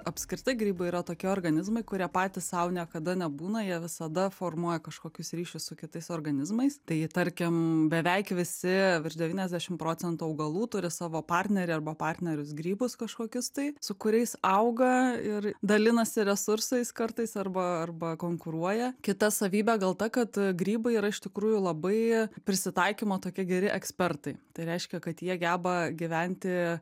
apskritai grybai yra tokie organizmai kurie patys sau niekada nebūna jie visada formuoja kažkokius ryšius su kitais organizmais tai tarkim beveik visi virš devyniasdešim procentų augalų turi savo partnerį arba partnerius grybus kažkokius tai su kuriais auga ir dalinasi resursais kartais arba arba konkuruoja kita savybė gal ta kad grybai yra iš tikrųjų labai prisitaikymo tokie geri ekspertai tai reiškia kad jie geba gyventi